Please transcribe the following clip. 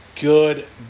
Good